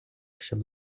щоб